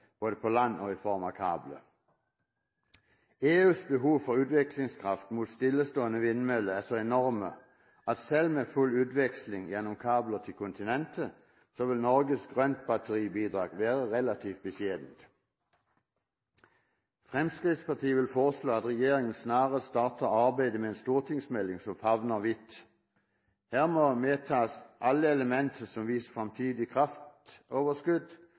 både på land og i form av kabler. EUs behov for utviklingskraft mot stillestående vindmøller er så enormt at selv med full utveksling gjennom kabler til kontinentet vil Norges grønt batteri-bidrag være relativt beskjedent. Fremskrittspartiet vil foreslå at regjeringen snarest starter arbeidet med en stortingsmelding, som favner vidt. Her må medtas alle elementer som viser fremtidig kraftoverskudd,